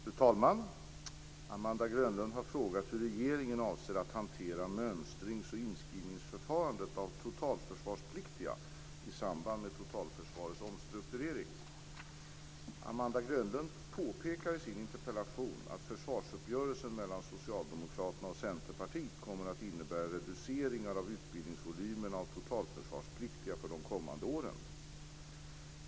Fru talman! Amanda Grönlund har frågat hur regeringen avser att hantera mönstrings och inskrivningsförfarandet av totalförsvarspliktiga i samband med totalförsvarets omstrukturering. Amanda Grönlund påpekar i sin interpellation att försvarsuppgörelsen mellan Socialdemokraterna och Centerpartiet kommer att innebära reduceringar av utbildningsvolymerna av totalförsvarspliktiga för de kommande åren.